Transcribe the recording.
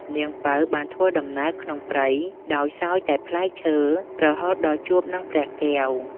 នាងពៅបានធ្វើដំណើរក្នុងព្រៃដោយសោយតែផ្លែឈើរហូតដល់ជួបនឹងព្រះកែវ ។